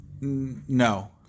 no